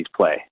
play